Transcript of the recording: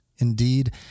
Indeed